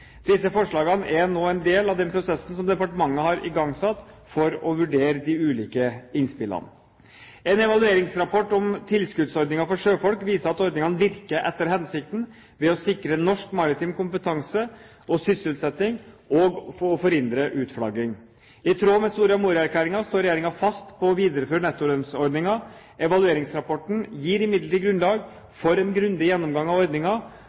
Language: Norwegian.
Disse forslagene er nå en del av den prosessen som departementet har igangsatt for å vurdere de ulike innspillene. En evalueringsrapport om tilskuddsordningene for sjøfolk viser at ordningene virker etter hensikten ved å sikre norsk maritim kompetanse og sysselsetting og forhindre utflagging. I tråd med Soria Moria-erklæringen står regjeringen fast på å videreføre nettolønnsordningen. Evalueringsrapporten gir imidlertid grunnlag for en grundig gjennomgang av